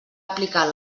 aplicar